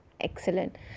Excellent